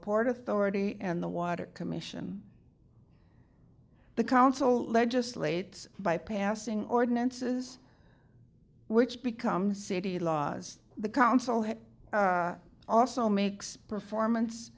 port authority and the water commission the council legislates bypassing ordinances which become city laws the council has also makes performance